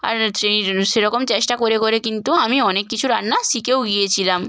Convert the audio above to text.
আর সেই সেরকম চেষ্টা করে করে কিন্তু আমি অনেক কিছু রান্না শিখেও গিয়েছিলাম